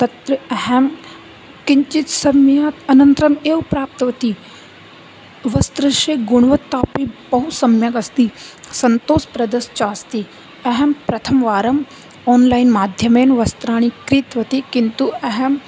तत्र अहं किञ्चित् समयात् अनन्तरम् एव प्राप्तवती वस्त्रस्य गुणवत्ता अपि बहुसम्यक् अस्ति सन्तोषप्रदश्च अस्ति अहं प्रथमवारम् ओन्लैन् माध्यमेन वस्त्राणि क्रीतवती किन्तु अहं